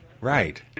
right